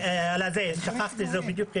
שכחתי.